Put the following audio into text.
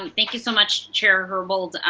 and thank you so much, chair herbold.